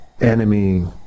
enemy